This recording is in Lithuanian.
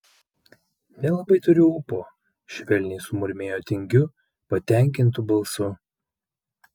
nelabai turiu ūpo švelniai sumurmėjo tingiu patenkintu balsu